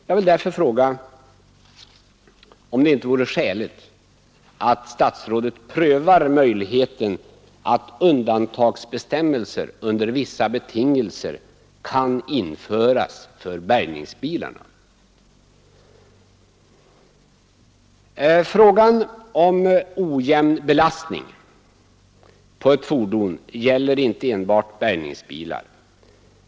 Jag vill därför fråga om det inte vore skäligt att statsrådet prövar möjligheten att undantagsbestämmelser under vissa betingelser kan införas för bärgningsbilarna. Frågan om ojämn belastning på ett fordon gäller inte enbart bärgningsbilar.